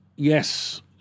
Yes